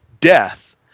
death